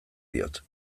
diot